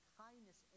kindness